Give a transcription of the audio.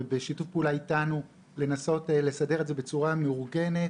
ובשיתוף פעולה איתנו לנסות לסדר את זה בצורה מאורגנת,